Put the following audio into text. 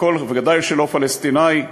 ודאי שלא פלסטיני,